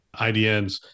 IDNs